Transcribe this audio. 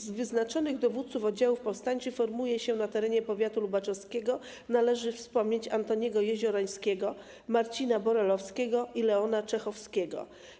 Z wyznaczonych dowódców oddziałów powstańczych formujących się na terenie powiatu lubaczowskiego należy wspomnieć Antoniego Jeziorańskiego, Marcina Borelowskiego i Leona Czechowskiego.